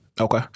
Okay